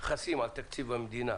חסים על תקציב המדינה